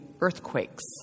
earthquakes